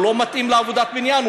הוא לא מתאים לעבודת בניין,